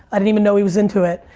i didn't even know he was into it.